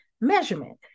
measurement